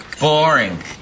boring